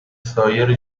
سایر